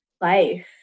life